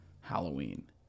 halloween